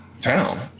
town